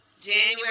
January